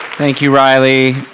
thank you riley.